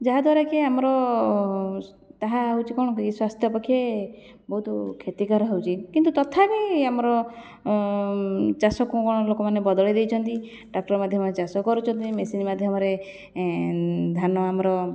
ଯାହାଦ୍ଵାରା କି ଆମର ତାହା ହେଉଛି କଣ ଦେଖି ସ୍ଵାସ୍ଥ୍ୟ ପକ୍ଷେ ବହୁତ କ୍ଷତିକାର ହେଉଛି କିନ୍ତୁ ତଥାପି ଆମର ଚାଷକୁ କଣ ଲୋକମାନେ ବଦଳେଇ ଦେଇଛନ୍ତି ଟ୍ରାକ୍ଟର ମାଧ୍ୟମରେ ଚାଷ କରୁଛନ୍ତି ମେସିନ ମାଧ୍ୟମରେ ଧାନ ଆମର